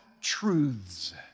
truths